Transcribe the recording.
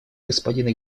господина